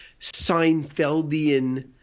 Seinfeldian